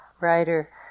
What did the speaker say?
writer